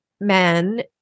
men